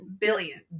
Billion